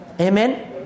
Amen